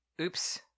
oops